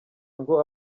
ngo